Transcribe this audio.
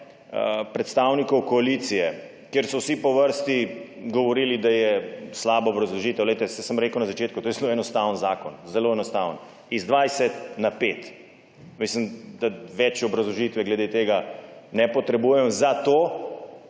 predstavnikov koalicije, kjer so vsi po vrsti govorili, da je slaba obrazložitev. Saj sem rekel na začetku, to je zelo enostaven zakon. Zelo enostaven, z 20 na 5 – mislim, da več obrazložitve glede tega na potrebujemo – zato